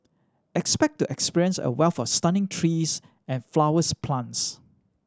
expect to experience a wealth of stunning trees and flowers plants